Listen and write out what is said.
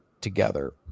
together